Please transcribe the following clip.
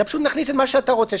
אלא פשוט נכניס את מה שאתה רוצה,